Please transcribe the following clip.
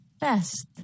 best